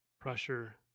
pressure